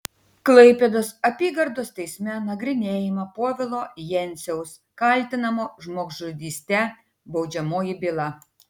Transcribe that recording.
klaipėdos apygardos teisme nagrinėjama povilo jenciaus kaltinamo žmogžudyste baudžiamoji byla